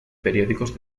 periódicos